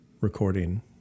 recording